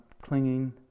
clinging